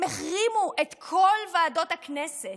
הם החרימו את כל ועדות הכנסת,